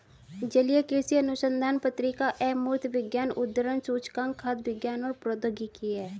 जलीय कृषि अनुसंधान पत्रिका अमूर्त विज्ञान उद्धरण सूचकांक खाद्य विज्ञान और प्रौद्योगिकी है